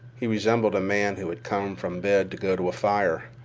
he resembled a man who has come from bed to go to a fire.